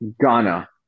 Ghana